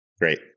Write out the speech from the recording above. great